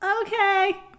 Okay